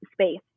space